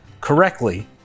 correctly